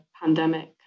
pandemic